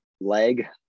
leg